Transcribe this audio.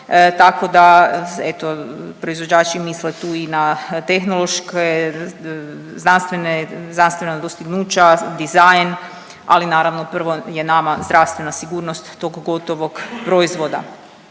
tako da eto proizvođači misle tu i na tehnološke, znanstvene, znanstvena dostignuća, dizajn, ali naravno prvo je nama zdravstvena sigurnost tog gotovog proizvoda.